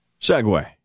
Segway